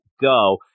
go